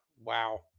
wow